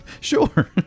Sure